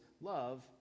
love